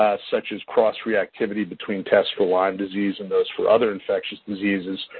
such as cross reactivity between tests for lyme disease and those for other infectious diseases.